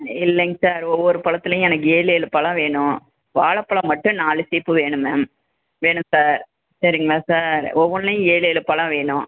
இல்லைங்க சார் ஒவ்வொரு பழத்துலையும் எனக்கு ஏழேலு பழம் வேணும் வாழைப் பழம் மட்டும் நாலு சீப்பு வேணும் மேம் வேணும் சார் சரிங்களா சார் ஒவ்வொன்லேயும் ஏழேலு பழம் வேணும்